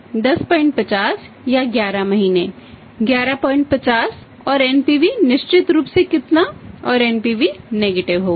तो एनपीवी होगा